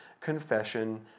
confession